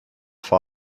vor